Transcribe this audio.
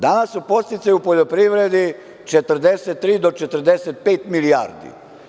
Danas su podsticaji u poljoprivredi 43 do 45 milijardi.